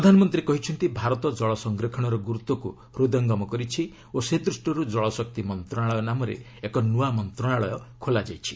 ପ୍ରଧାନମନ୍ତ୍ରୀ କହିଛନ୍ତି ଭାରତ ଜଳ ସଂରକ୍ଷଣର ଗୁରୁତ୍ୱକୁ ହୃଦୟଙ୍ଗମ କରିଛି ଓ ସେ ଦୃଷ୍ଟିର୍ ଜଳଶକ୍ତି ମନ୍ତ୍ରଣାଳୟ ନାମରେ ଏକ ନ୍ତଆ ମନ୍ତ୍ରଣାଳୟ ଖୋଲାଯାଇଛି